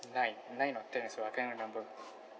nine nine or ten or so I can't remember